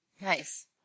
nice